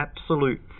absolute